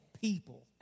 people